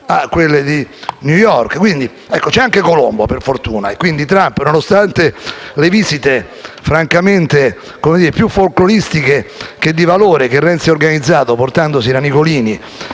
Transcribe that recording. a quelle di New York). C'è anche Colombo, per fortuna, e quindi Trump, nonostante le visite, francamente più folcloristiche che di valore che Renzi ha organizzato, portandosi dietro la Nicolini